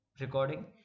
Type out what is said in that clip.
recording